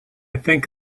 think